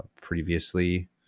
previously